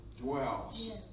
dwells